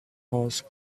horse